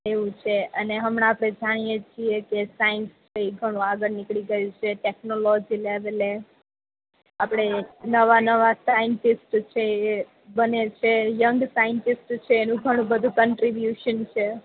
એવું છે અને હમણાં આપણે જાણીએ છીએ કે સાઈન્સ છે ઈ ઘણું આગળ નીકળી ગયુ છે ટેકનોલોજી લેવલે આપડે નવા નવા સાઈન્ટિસ્ટ છે એ બને છે યંગ સાઈન્ટિસ્ટ છે એનું ઘણું બધુ કન્ટ્રીબ્યુશન છે